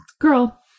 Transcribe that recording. girl